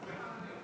גם עכשיו